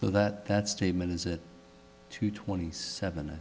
s that that statement is at two twenty seven